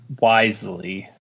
wisely